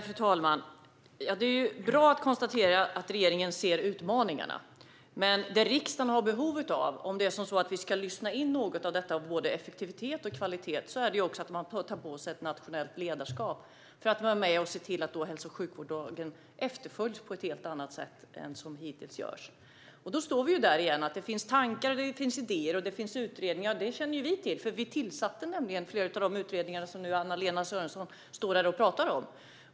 Fru talman! Det är bra att kunna konstatera att regeringen ser utmaningarna. Men det som riksdagen har behov av, om vi ska lyssna in något om behovet av både effektivitet och kvalitet, är att man tar på sig ett nationellt ledarskap för att hälso och sjukvårdslagen efterföljs på ett helt annat sätt än hittills. Då står vi där igen. Det finns tankar och idéer och det finns utredningar, och dem känner ju vi till. Vi tillsatte nämligen flera av de utredningar som Anna-Lena Sörenson nu står här och talar om.